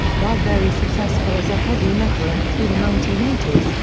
while very successful as a heavy metal act through the nineteen eighty s,